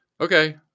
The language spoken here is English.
Okay